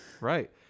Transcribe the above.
Right